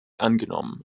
angenommen